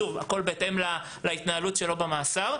הכול בהתאם להתנהלות שלו במאסר.